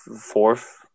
fourth